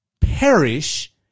perish